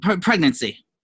pregnancy